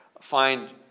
find